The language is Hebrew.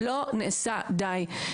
לא נעשה די.